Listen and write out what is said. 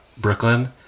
Brooklyn